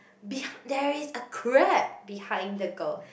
beh~ there is a crab behind the girl